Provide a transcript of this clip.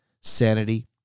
sanity